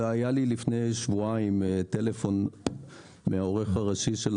לפני שבועיים קיבלתי טלפון מהעורך הראשי של